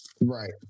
Right